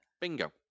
Bingo